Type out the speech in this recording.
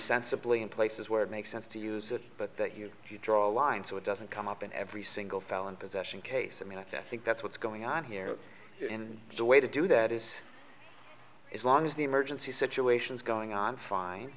sensibly in places where it makes sense to use it but that here if you draw a line so it doesn't come up in every single felon possession case i mean i think that's what's going on here and the way to do that is as long as the emergency situation is going on fine